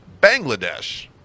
Bangladesh